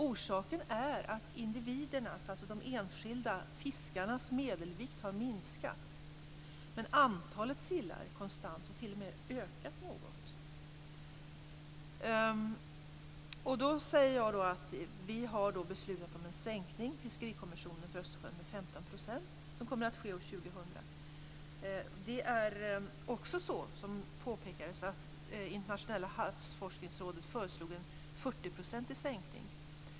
Orsaken är att de enskilda fiskarnas medelvikt har minskat. Antalet sillar är däremot konstant och har t.o.m. ökat något. Vi har i Fiskerikommissionen för Östersjön beslutat om en sänkning med 15 % som kommer att ske år 2000. Som påpekats här har Internationella havsforskningsrådet föreslagit en 40-procentig sänkning.